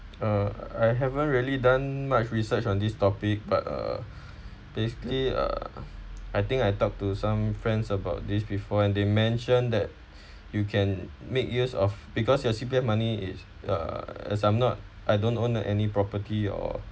uh I haven't really done my research on this topic but uh basically uh I think I talk to some friends about this before and they mention that you can make use of because your C_P_F money is uh as I'm not I don't own a any property or